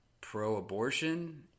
pro-abortion